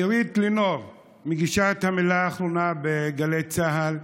עירית לינור מגישה את "המילה האחרונה" בגלי צה"ל.